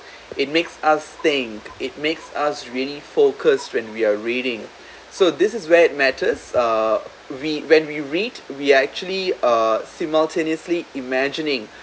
it makes us think it makes us really focused when we are reading so this is where it matters uh we when we read we actually uh simultaneously imagining